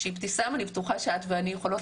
שאבתיסאם אני בטוחה שאת ואני יכולות